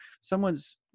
someone's